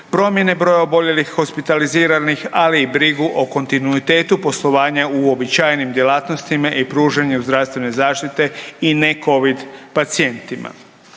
promjene broja oboljelih i hospitaliziranih, ali i brigu o kontinuitetu poslovanja u uobičajenim djelatnostima i pružanju zdravstvene zaštite i ne covid pacijentima.